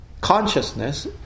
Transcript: consciousness